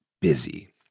busy